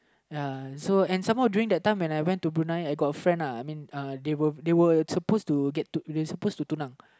ya and so during that time when I went to Brunei I got a friend uh I mean uh they were they were suppose to get to they suppose to